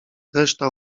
reszta